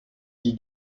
die